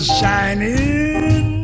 shining